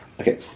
Okay